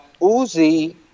Uzi